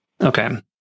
Okay